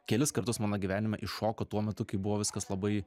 kelis kartus mano gyvenime iššoko tuo metu kai buvo viskas labai